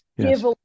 give